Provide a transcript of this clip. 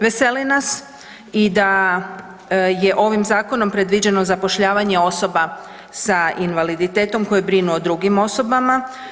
Veseli nas i da je ovim zakonom predviđeno zapošljavanje osoba sa invaliditetom koje brinu o drugim osobama.